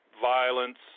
violence